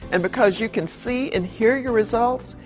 and because you can see and hear your results,